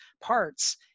parts